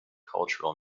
cultural